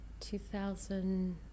2000